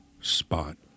spot